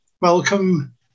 welcome